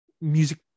music